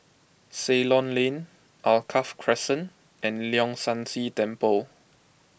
Ceylon Lane Alkaff Crescent and Leong San See Temple